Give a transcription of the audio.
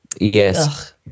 yes